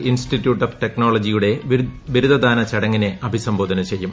institute of ടെക്നോളജിയുടെ ബിരുദദാന ചടങ്ങിനെ അഭിസംബോധന ചെയ്യും